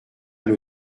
elle